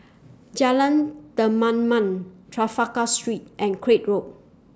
Jalan Kemaman Trafalgar Street and Craig Road